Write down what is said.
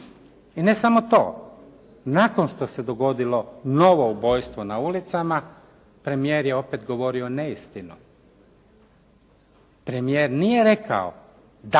I ne samo to, nakon što se dogodilo novo ubojstvo na ulicama, premijer je opet govorio neistinu. Premijer nije rekao da